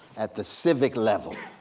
at the civic level,